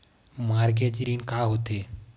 Mortgage ऋण का होथे?